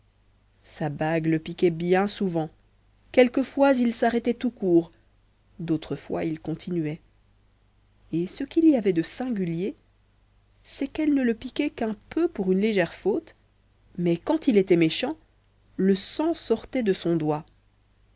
sa bague le piquait bien souvent quelquefois il s'arrêtait tout court d'autres fois il continuait et ce qu'il y avait de singulier c'est qu'elle ne le piquait qu'un peu pour une légère faute mais quand il était méchant le sang sortait de son doigt